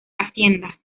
hacienda